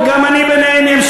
וגם אני ביניהם,